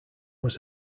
was